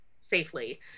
safely